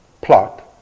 plot